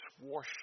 wash